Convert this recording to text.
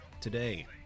today